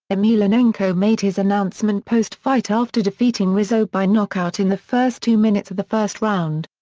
emelianenko made his announcement post-fight after defeating rizzo by knockout in the first two minutes of the first round.